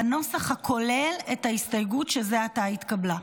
בנוסח הכולל את ההסתייגות שזה עתה התקבלה.